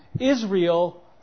Israel